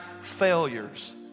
failures